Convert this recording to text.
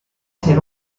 ser